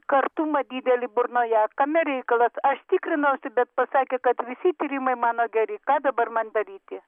kartumą didelį burnoje kame reikalas aš tikrinausi bet pasakė kad visi tyrimai mano geri ką dabar man daryti